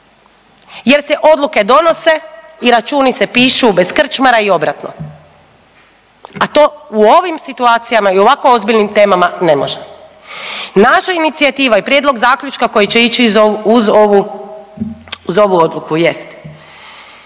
jer se odluke donose i računi se pišu bez krčmara i obratno, a to u ovim situacijama i ovako ozbiljnim temama ne može. Naša inicijativa je prijedlog zaključka koji će ići uz ovu, uz ovu odluku jest